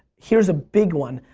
here's a big one,